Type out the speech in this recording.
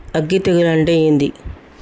అగ్గి తెగులు అంటే ఏంది?